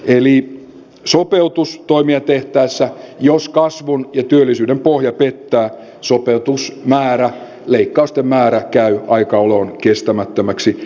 eli sopeutustoimia tehtäessä jos kasvun ja työllisyyden pohja pettää sopeutusmäärä leikkausten määrä käy ajan oloon kestämättömäksi